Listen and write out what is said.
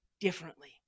differently